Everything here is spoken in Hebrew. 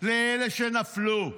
לאלה שנפלו.